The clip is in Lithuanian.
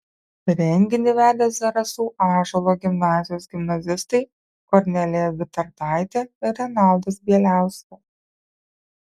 renginį vedė zarasų ąžuolo gimnazijos gimnazistai kornelija vitartaitė ir renaldas bieliauskas